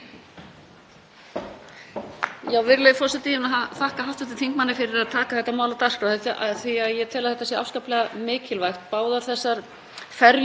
ferjur sem eru í okkar kjördæmi skipta gríðarlega miklu máli, bæði fyrir þá sem búa í Grímsey og Hrísey, en ekki síst